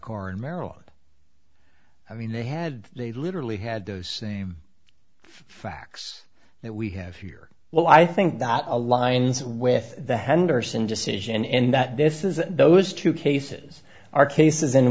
car in maryland i mean they had they literally had those same fracs that we have here well i think that aligns with the henderson decision in that this is those two cases are cases